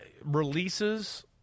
releases